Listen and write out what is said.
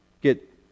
get